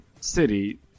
city